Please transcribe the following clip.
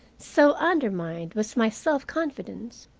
so undermined was my self-confidence,